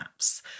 apps